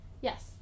Yes